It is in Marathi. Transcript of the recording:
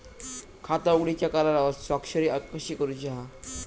खाता उघडूच्या करारावर स्वाक्षरी कशी करूची हा?